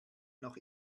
noch